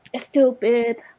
stupid